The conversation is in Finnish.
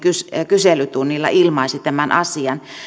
kyselytunnilla ilmaisi tämän asian